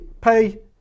pay